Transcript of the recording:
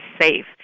safe